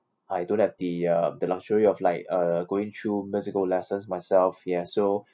I don't have the uh the luxury of like uh going through musical lessons myself ya so